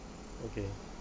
okay